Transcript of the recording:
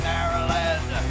Maryland